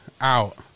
out